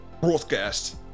broadcast